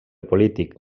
polític